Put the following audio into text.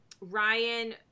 Ryan